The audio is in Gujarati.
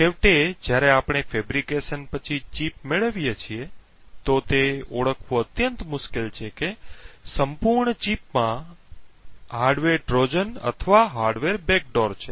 છેવટે જ્યારે આપણે બનાવટ પછી ચિપ મેળવીએ છીએ તો તે ઓળખવું અત્યંત મુશ્કેલ છે કે સંપૂર્ણ ચિપમાં તેમાં હાર્ડવેર ટ્રોજન અથવા હાર્ડવેર બેકડોર છે